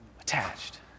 Attached